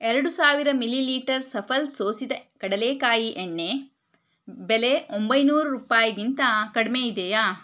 ಎರಡು ಸಾವಿರ ಮಿಲಿಲೀಟರ್ ಸಫಲ್ ಸೋಸಿದ ಕಡಲೆಕಾಯಿ ಎಣ್ಣೆ ಬೆಲೆ ಒಂಬೈನೂರು ರೂಪಾಯಿಗಿಂತ ಕಡಿಮೆ ಇದೆಯಾ